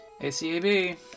ACAB